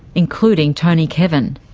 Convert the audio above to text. including tony kevin.